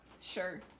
Sure